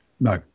No